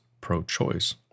pro-choice